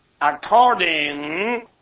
according